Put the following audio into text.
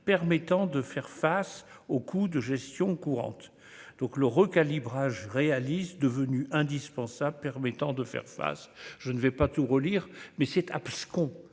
permettant de faire face aux coûts de gestion courante donc le recalibrage réalise devenu indispensable permettant de faire face, je ne vais pas tout relire mais c'est abscons,